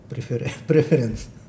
preference